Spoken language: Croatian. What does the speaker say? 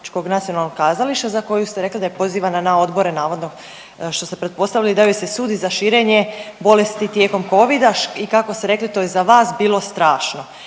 Zagrebačkog nacionalnog kazališta za koju ste rekli da je pozivana na odbore navodno što ste pretpostavili da joj se sudi širenje bolesti tijekom covida i kako ste rekli to je za vas bilo strašno.